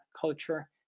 culture